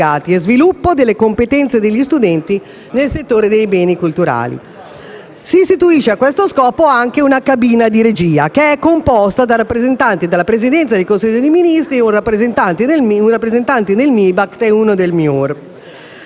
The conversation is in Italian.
e sviluppo delle competenze degli studenti nel settore dei beni culturali. Si istituisce a questo scopo anche una cabina di regia che è composta da un rappresentante della Presidenza del Consiglio dei ministri, un rappresentante del Ministero